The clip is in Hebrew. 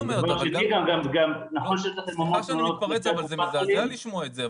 מה זאת אומרת, זה מזעזע לשמוע את זה.